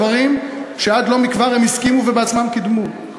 דברים שעד לא מכבר הם הסכימו להם וקידמו אותם בעצמם.